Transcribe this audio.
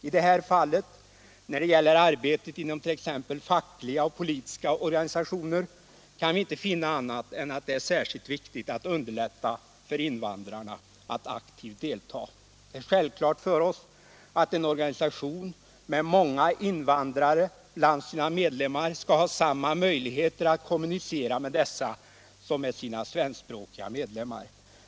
I det här fallet — när det gäller arbetet inom t.ex. fackliga och politiska organisationer — kan vi inte finna annat än att det är särskilt viktigt att underlätta för invandrarna att aktivt delta. Det är självklart för oss att en organisation med många invandrare bland sina medlemmar skall ha samma möjligheter att kommunicera med dessa som med sina svenskspråkiga medlemmar.